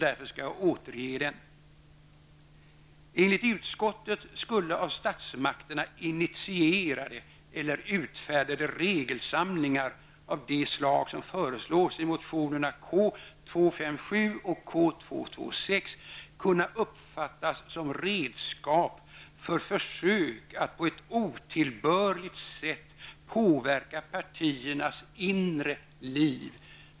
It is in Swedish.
Därför skall jag återge den: ''Enligt utskottet skulle av statsmakterna initierade eller utfärdade regelsamlingar av det slag som föreslås i motionerna K257 och K226 kunna uppfattas som redskap för försök att på ett otillbörligt sätt påverka partiernas inre liv.''